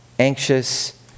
anxious